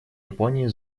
японии